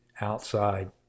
outside